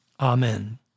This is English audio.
Amen